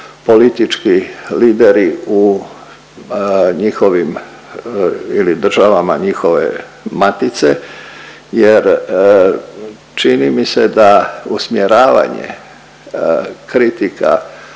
politički lideri u njihovim ili državama njihove matice jer čini mi se da usmjeravanje kritika